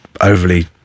overly